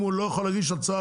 כי אם הוא לא יכול להגיש הצעה,